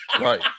Right